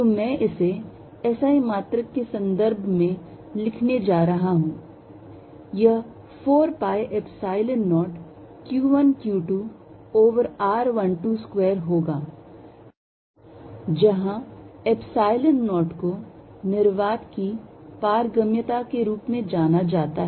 तो मैं इसे SI मात्रक के संदर्भ में लिखने जा रहा हूं यह 4 pi Epsilon 0 q 1 q 2 over r 1 2 square होगा जहां पर Epsilon 0 को निर्वात की पारगम्यता के रूप में जाना जाता है